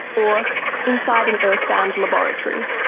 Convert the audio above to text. or inside an earthbound laboratory.